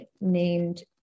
named